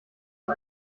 für